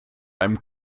einem